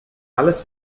alles